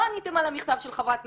לא עניתם על המכתב של חברת כנסת,